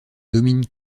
domine